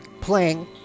Playing